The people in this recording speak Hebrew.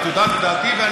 ואת יודעת את דעתי.